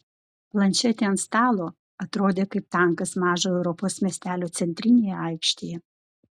planšetė ant stalo atrodė kaip tankas mažo europos miestelio centrinėje aikštėje